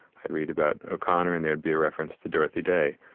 i'd read about o'connor and there would be a reference to dorothy day.